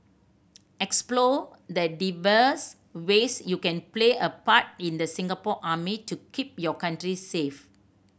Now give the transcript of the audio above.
explore the ways you can play a part in the Singapore Army to keep your country safe